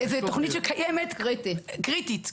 זה תוכנית שקיימת, קריטית.